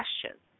questions